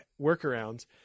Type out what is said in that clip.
workarounds